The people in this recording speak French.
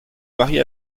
marie